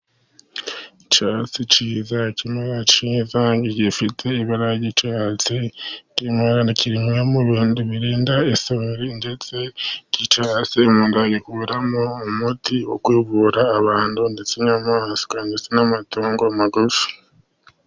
Icyatsi cyiza cy'amabara cyiza gifite ibara ry'icyatsi, kimwe mu bintu birinda isuri ndetse iki cyatsi umuntu yagikuramo umuti, wo kuvura abantu ndetse n'inyamaswa ndetse n'amatungo magufi.